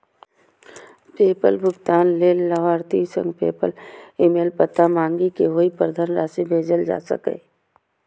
PayPal भुगतान लेल लाभार्थी सं पेपल ईमेल पता मांगि कें ओहि पर धनराशि भेजल जा सकैए